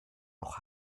noch